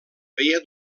feia